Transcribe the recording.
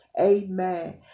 amen